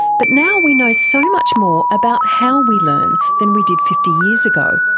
but now we know so much more about how we learn than we did fifty years ago.